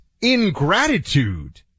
ingratitude